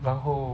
然后